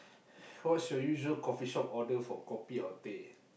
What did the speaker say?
what's your usual coffee shop order for kopi or teh